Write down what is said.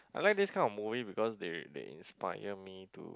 I like this kind of movie because they they inspire me to